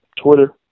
Twitter